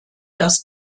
das